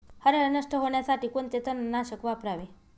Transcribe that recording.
हरळ नष्ट होण्यासाठी कोणते तणनाशक वापरावे?